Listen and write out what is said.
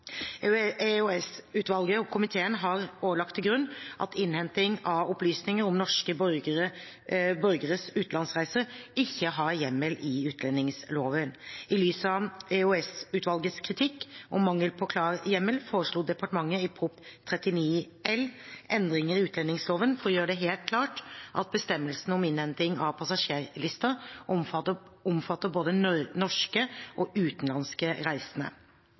og komiteen har også lagt til grunn at innhenting av opplysninger om norske borgeres utenlandsreiser ikke har hjemmel i utlendingsloven. I lys av EOS-utvalgets kritikk om mangel på klar hjemmel foreslo departementet i Prop. 39 L for 2019–2020 endringer i utlendingsloven for å gjøre det helt klart at bestemmelsene om innhenting av passasjerlister omfatter både norske og utenlandske reisende.